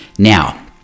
Now